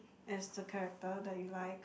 as the character that you like